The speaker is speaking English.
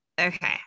Okay